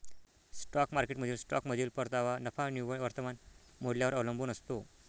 stock मार्केटमधील स्टॉकमधील परतावा नफा निव्वळ वर्तमान मूल्यावर अवलंबून असतो